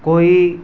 کوئی